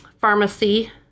pharmacy